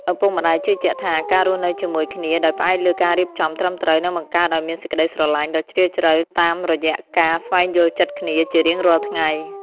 ឪពុកម្ដាយជឿជាក់ថា ការរស់នៅជាមួយគ្នាដោយផ្អែកលើការរៀបចំត្រឹមត្រូវ នឹងបង្កើតឱ្យមានសេចក្ដីស្រឡាញ់ដ៏ជ្រាលជ្រៅតាមរយៈការស្វែងយល់ចិត្តគ្នាជារៀងរាល់ថ្ងៃ។